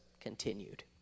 continued